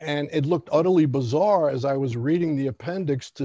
and it looked utterly bizarre as i was reading the appendix to